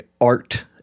art